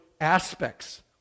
aspects